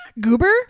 Goober